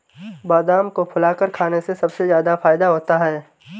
बादाम को फुलाकर खाने से सबसे ज्यादा फ़ायदा होता है